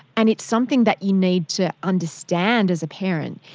and it's something that you need to understand as a parent.